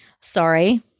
sorry